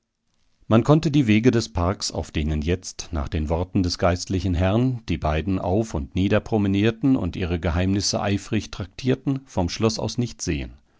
man konnte die wege des parks auf denen jetzt nach den worten des geistlichen herrn die beiden auf und nieder promenierten und ihre geheimnisse eifrig traktierten vom schloß aus nicht sehen